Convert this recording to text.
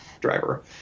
driver